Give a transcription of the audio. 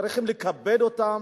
צריכים לכבד אותם,